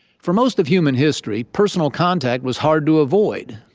for most of human history, personal contact was hard to avoid.